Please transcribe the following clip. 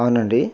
అవునండి